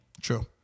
True